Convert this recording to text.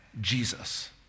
Jesus